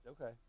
Okay